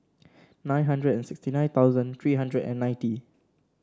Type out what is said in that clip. nine hundred and sixty nine thousand three hundred and ninety